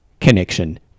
connection